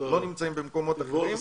לא נמצאים במקומות אחרים.